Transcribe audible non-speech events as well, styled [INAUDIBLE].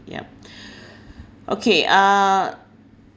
yup [BREATH] okay uh